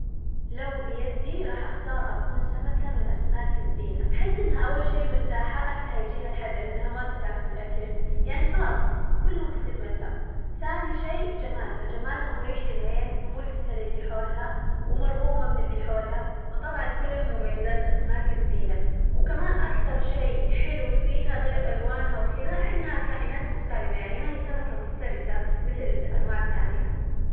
لو بيدي راح أختار أكون سمكة من أسماك الزينة، أحس إنها أول شي مرتاحة أكلها ييجيها لحد عندها ما تتعب في الأكل، يعني خلاص كلهم في خدمتها ثاني شي جمالها، جمالها مريح للعين وملفتة للي حولها ومرغوبة من اللي حولها، فطبعاً كلها مميزات أسماك الزينة، وكمان أكثر شي حلو فيها غير ألوانها وكذا إنها كائنات مسالمة يعني ما هي سمكة مفترسة مثل أنواع ثانية.